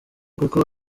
kuko